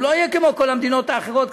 הוא לא יהיה כמו כל המדינות האחרות,